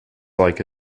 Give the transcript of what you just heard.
like